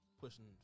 pushing